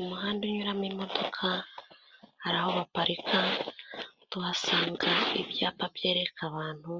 Umuhanda unyuramo imodoka hari aho baparika, tuhasanga ibyapa byereka abantu